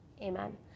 Amen